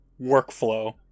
workflow